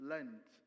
Lent